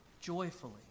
joyfully